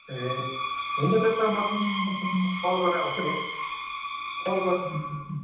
ए हुन्छ त्यसो भए म आएको बेलामा कल गरेर आउँछु नि कल गरेर निक्लिन्छु नि